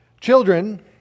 Children